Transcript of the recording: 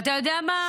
ואתה יודע מה?